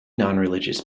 nonreligious